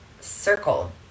circle